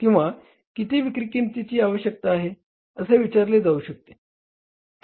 किंवा किती विक्री किंमतीची आवश्यकता आहे असे विचारले जाऊ शकते